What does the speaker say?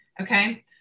Okay